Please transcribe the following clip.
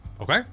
Okay